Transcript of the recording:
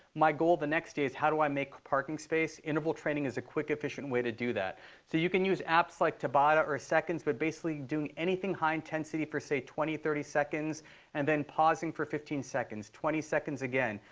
my goal the next day is, how do i make parking space? interval training is a quick, efficient way to do that. so you can use apps like tabata but or seconds, but basically doing anything high intensity for, say, twenty, thirty seconds and then pausing for fifteen seconds, twenty seconds again.